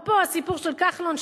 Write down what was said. אפרופו הסיפור של כחלון,